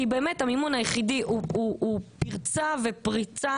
באמת המימון היחידי הוא פרצה ופריצה